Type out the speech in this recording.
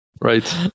right